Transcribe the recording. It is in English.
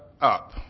up